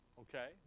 okay